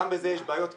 גם בזה יש בעיות קשות.